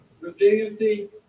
resiliency